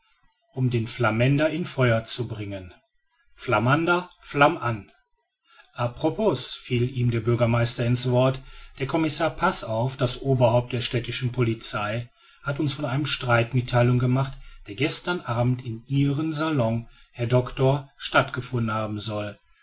um den flamänder in feuer zu bringen flamander flamm an a propos fiel ihm der bürgermeister in's wort der commissar passauf das oberhaupt der städtischen polizei hat uns von einem streit mittheilung gemacht der gestern abend in ihren salons herr doctor stattgefunden haben soll